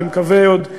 אני מקווה, עוד,